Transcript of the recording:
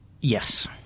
Yes